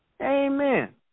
Amen